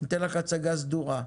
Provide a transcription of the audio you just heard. וניתן לך הצגה סדורה.